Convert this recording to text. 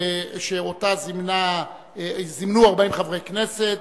שאותו זימנו 40 חברי הכנסת,